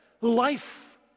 life